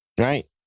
Right